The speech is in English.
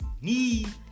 need